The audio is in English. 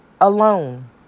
alone